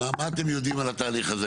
מה אתם יודעים על התהליך הזה?